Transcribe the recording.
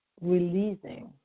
releasing